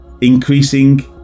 increasing